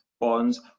bonds